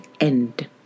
end